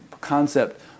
concept